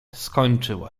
skończyło